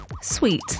sweet